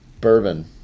Bourbon